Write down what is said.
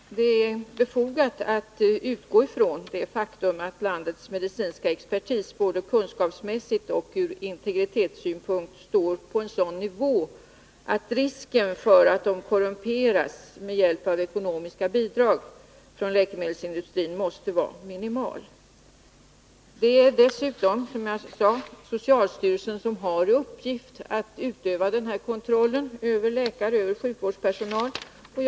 Herr talman! Det är befogat att utgå ifrån det faktum att landets medicinska expertis både kunskapsmässigt och från integritetssynpunkt står på en sådan nivå att risken för att den skall korrumperas genom ekonomiska bidrag från läkemedelsindustrin måste vara minimal. Dessutom är det, som sagt, socialstyrelsen som har till uppgift att utöva kontrollen över läkare och annan sjukvårdspersonal.